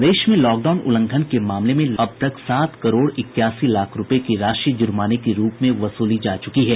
प्रदेश में लॉकडाउन उल्लंघन के मामले में अब तक सात करोड़ इक्यासी लाख रूपये की राशि जुर्माने के रूप में वसूली जा चुकी है